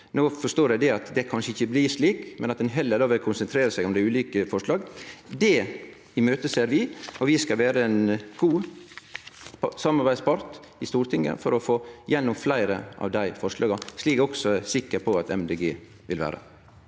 No forstår eg at det kanskje ikkje blir slik, men at ein heller vil konsentrere seg om ulike forslag. Det ser vi fram til, og vi skal vere ein god samarbeidspart i Stortinget for å få gjennom fleire av dei forslaga, slik eg også er sikker på at Miljøpartiet